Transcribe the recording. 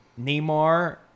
Neymar